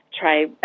try